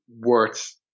worth